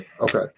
Okay